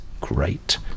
great